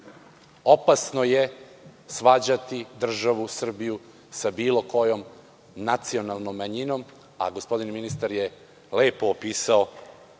Opasno je svađati državu Srbiju sa bilo kojom nacionalnom manjinom, a gospodin ministar je lepo opisao